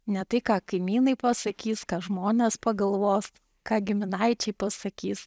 ne tai ką kaimynai pasakys ką žmonės pagalvos ką giminaičiai pasakys